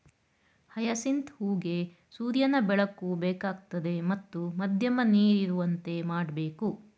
hyacinth ಹೂಗೆ ಸೂರ್ಯನ ಬೆಳಕು ಬೇಕಾಗ್ತದೆ ಮತ್ತು ಮಧ್ಯಮ ನೀರಿರುವಂತೆ ಮಾಡ್ಬೇಕು